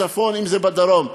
אם בצפון, אם בדרום.